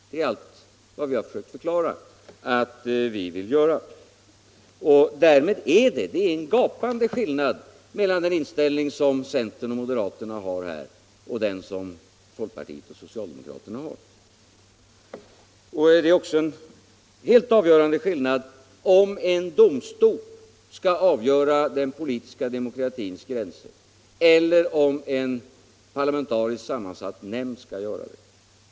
Det är en gapande skillnad mellan den inställning centern och moderaterna har och den som folkpartiet och socialdemokraterna har. Det är också en helt avgörande skillnad mellan om en domstol skall avgöra den politiska demokratins gränser och om en parlamentariskt sammansatt nämnd skall göra det.